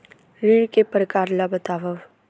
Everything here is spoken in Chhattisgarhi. ऋण के परकार ल बतावव?